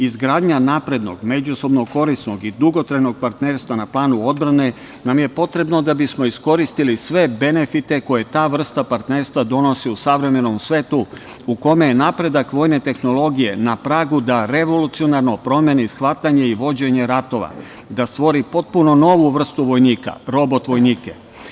Izgradnja naprednog, međusobno korisnog i dugotrajnog partnerstva na planu odbrane nam je potrebna da bismo iskoristili sve benefite koje ta vrsta partnerstva donosi u savremenom svetu, u kome je napredak vojne tehnologije na pragu da revolucionarno promeni shvatanje i vođenje ratova i da stvori potpuno novi vrstu vojnika, robot-vojnike.